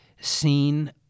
seen –